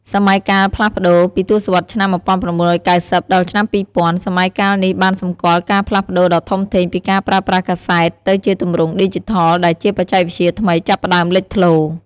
សម័យកាលផ្លាស់ប្តូរ ពីទសវត្សរ៍ឆ្នាំ ១៩៩០ ដល់ឆ្នាំ ២០០០ សម័យកាលនេះបានសម្គាល់ការផ្លាស់ប្ដូរដ៏ធំធេងពីការប្រើប្រាស់កាសែត ទៅជាទម្រង់ឌីជីថល ដែលជាបច្ចេកវិទ្យាថ្មីចាប់ផ្ដើមលេចធ្លោ។